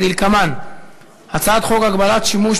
שירות ביטחון (תיקון מס' 7 והוראת שעה)